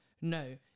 no